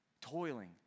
Toiling